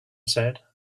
said